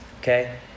Okay